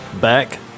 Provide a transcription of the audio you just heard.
back